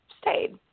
stayed